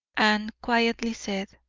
and quietly said